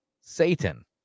Satan